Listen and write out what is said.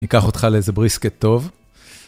אני אקח אותך לאיזה בריסקט טוב.